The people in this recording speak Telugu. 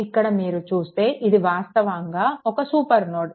కాబట్టి ఇక్కడ మీరు చూస్తే ఇది వాస్తవంగా ఒక సూపర్ నోడ్